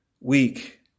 weak